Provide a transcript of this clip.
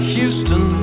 Houston